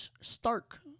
stark